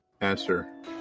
answer